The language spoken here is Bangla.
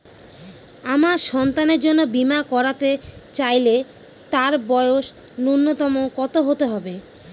আমার সন্তানের জন্য বীমা করাতে চাইলে তার বয়স ন্যুনতম কত হতেই হবে?